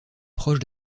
proche